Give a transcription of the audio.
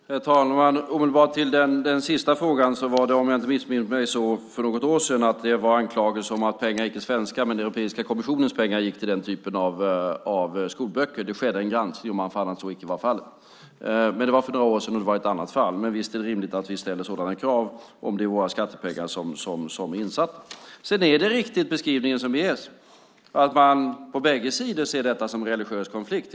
Herr talman! Låt mig omedelbart svara på den sista frågan. Om jag inte missminner mig var det så för något år sedan att det fanns anklagelser om att pengar - inte svenska pengar men pengar från Europeiska kommissionen - gick till den typen av skolböcker. Det skedde en granskning, och man fann att så icke var fallet. Men det var för några år sedan, och det var ett annat fall. Visst är det rimligt att vi ställer sådana krav för våra skattepengar. Det är en riktig beskrivning att man på bägge sidor ser detta som en religiös konflikt.